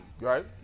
Right